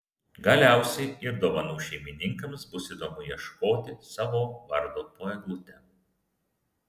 galiausiai ir dovanų šeimininkams bus įdomu ieškoti savo vardo po eglute